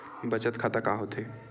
बचत खाता का होथे?